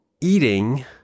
eating